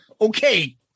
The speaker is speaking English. Okay